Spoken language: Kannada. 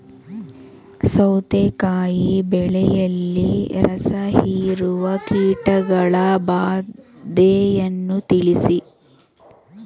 ಸೌತೆಕಾಯಿ ಬೆಳೆಯಲ್ಲಿ ರಸಹೀರುವ ಕೀಟಗಳ ಬಾಧೆಯನ್ನು ತಿಳಿಸಿ?